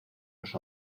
los